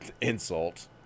insult